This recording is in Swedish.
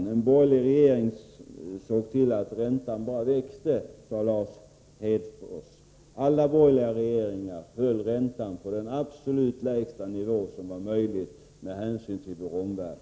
Den borgerliga regeringen såg till att räntan bara växte, sade Lars Hedfors. Alla borgerliga regeringar höll räntan på den absolut lägsta nivå som var möjlig med hänsyn till vår omvärld.